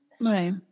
Right